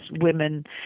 women